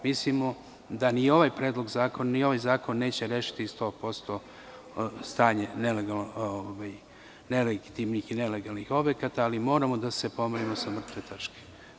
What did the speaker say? Mislimo da ni ovaj predlog zakona neće rešiti 100% stanje nelegitimnih i nelegalnih objekata, ali moramo da se pomerimo sa mrtve tačke.